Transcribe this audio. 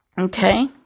Okay